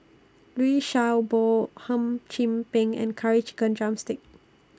Liu Sha Bao Hum Chim Peng and Curry Chicken Drumstick